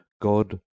God